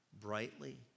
brightly